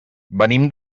venim